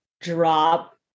drop